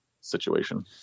situation